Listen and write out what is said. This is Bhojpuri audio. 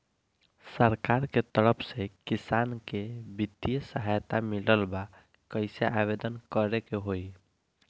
सरकार के तरफ से किसान के बितिय सहायता मिलत बा कइसे आवेदन करे के होई?